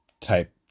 type